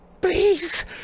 please